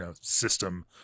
system